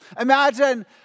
Imagine